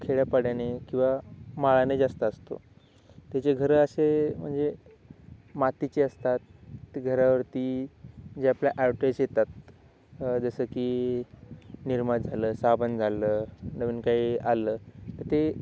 खेड्यापाड्याने किंवा माळाने जास्त असतो त्याचे घरं असे म्हणजे मातीचे असतात ते घरावरती जे आपल्या आवटेस येतात जसं की निर्माात झालं साबण झालं नवीन काही आलं तर ते